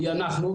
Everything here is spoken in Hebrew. היא אנחנו,